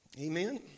Amen